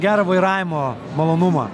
gero vairavimo malonumą